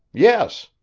yes,